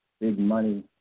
big-money